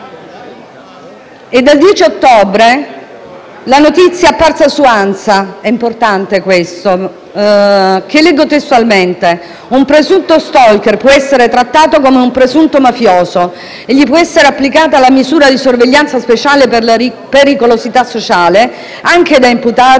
È del 12 ottobre la notizia apparsa su ANSA che leggo testualmente: un presunto *stalker* può essere trattato come un presunto mafioso e gli può essere applicata la misura di sorveglianza speciale per la pericolosità sociale anche da imputato